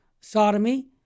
sodomy